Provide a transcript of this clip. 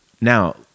Now